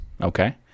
Okay